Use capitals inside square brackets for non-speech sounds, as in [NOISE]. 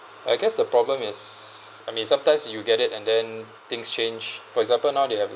I guess the problem is [NOISE] I mean sometimes you get it and then things change for example now they are